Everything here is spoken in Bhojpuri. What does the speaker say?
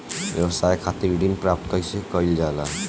व्यवसाय खातिर ऋण प्राप्त कइसे कइल जाला?